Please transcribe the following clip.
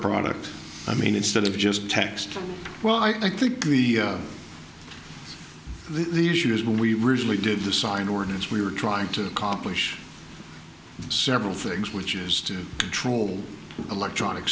product i mean instead of just text well i think the issue is when we recently did the sign ordinance we were trying to accomplish several things which is to control electronic